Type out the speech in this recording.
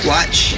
Watch